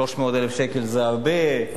300,000 שקל זה הרבה,